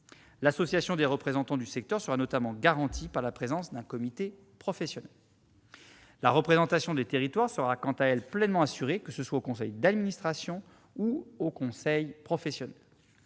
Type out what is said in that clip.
L'association des représentants du secteur sera notamment garantie par la présence d'un comité professionnel. La représentation des territoires sera, quant à elle, pleinement assurée, que ce soit au conseil d'administration ou au conseil professionnel.